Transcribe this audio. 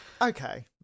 Okay